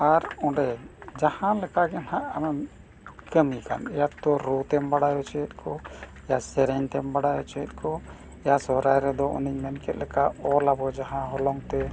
ᱟᱨ ᱚᱸᱰᱮ ᱡᱟᱦᱟᱸ ᱞᱮᱠᱟᱜᱮ ᱦᱟᱸᱜ ᱟᱢ ᱠᱟᱹᱢᱤ ᱠᱟᱱ ᱭᱟᱛᱚ ᱨᱩᱻ ᱛᱮᱢ ᱵᱟᱲᱟᱭ ᱚᱪᱚᱭᱮᱫ ᱠᱚ ᱭᱟ ᱥᱮᱨᱮᱧ ᱛᱮᱢ ᱵᱟᱲᱟᱭ ᱚᱪᱚᱭᱮᱫ ᱠᱚ ᱭᱟ ᱥᱚᱦᱨᱟᱭ ᱨᱮᱫᱚ ᱩᱱᱤ ᱢᱮᱱ ᱠᱮᱫ ᱞᱮᱠᱟ ᱚᱞ ᱟᱵᱚ ᱡᱟᱦᱟᱸ ᱦᱚᱞᱚᱝ ᱛᱮ